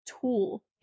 tool